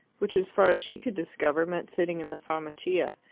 which, as far as she could discover, meant sitting in the farmacia.